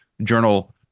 journal